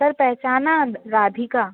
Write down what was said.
sir पहचाना राधिका